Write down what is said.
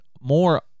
more